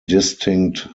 distinct